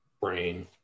brain